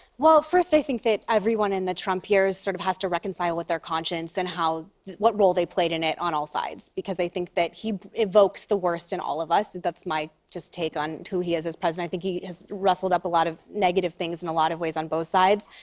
well, first, i think that everyone in the trump years sort of has to reconcile with their conscience and how what role they played in it on all sides, because i think that he evokes the worst in all of us. that's my just take on who he is as president. i think he has ruffled up a lot of negative things in a lot of ways on both sides.